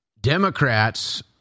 Democrats